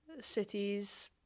cities